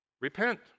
Repent